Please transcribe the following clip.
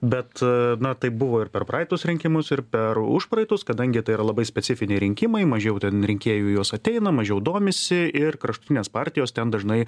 bet na taip buvo ir per praeitus rinkimus ir per užpraeitus kadangi tai yra labai specifiniai rinkimai mažiau ten rinkėjų į juos ateina mažiau domisi ir kraštutinės partijos ten dažnai